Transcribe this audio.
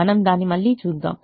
మనము దాన్ని మళ్ళీ చూద్దాం